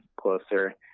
closer